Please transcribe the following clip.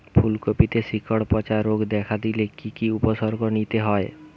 ফুলকপিতে শিকড় পচা রোগ দেখা দিলে কি কি উপসর্গ নিতে হয়?